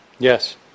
Yes